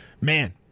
man